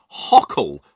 hockle